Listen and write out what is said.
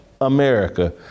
America